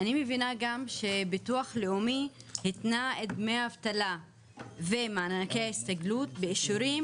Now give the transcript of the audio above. אני מבינה גם שביטוח לאומי התנה את דמי האבטלה ומענקי ההסתגלות באישורים